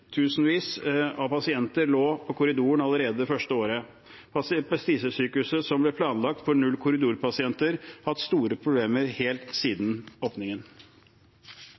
Tusenvis av pasienter lå i korridoren allerede det første året. Prestisjesykehuset som ble planlagt for null korridorpasienter, har hatt store problemer helt siden åpningen.